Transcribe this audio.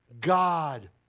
God